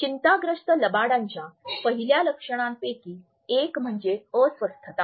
चिंताग्रस्त लबाडांच्या पहिल्या लक्षणांपैकी एक म्हणजे अस्वस्थस्ता